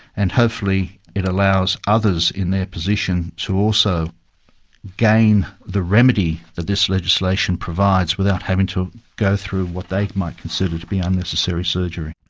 and hopefully it allows others in their position to also gain the remedy that this legislation provides without having to go through what they might consider to be unnecessary surgery.